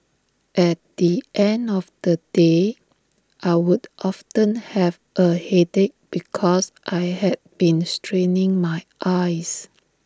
at the end of the day I would often have A headache because I had been straining my eyes